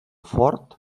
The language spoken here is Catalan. fort